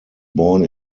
born